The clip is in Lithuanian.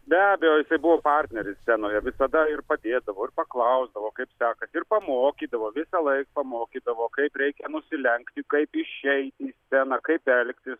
be abejo jisai buvo partneris scenoje visada ir padėdavo ir paklausdavo kaip sekasi ir pamokydavo visąlaik pamokydavo kaip reikia nusilenkti kaip išeiti į sceną kaip elgtis